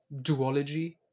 duology